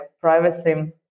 privacy